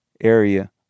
area